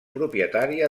propietària